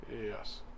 yes